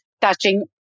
touching